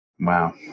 wow